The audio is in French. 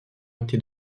été